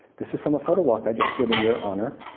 this is from a photo walk i just did in your honor